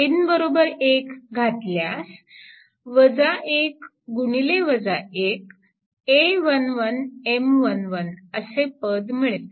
n1 घातल्यास a11M11 असे पद मिळते